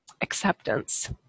acceptance